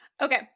Okay